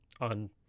on